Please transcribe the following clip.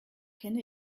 kenne